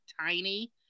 tiny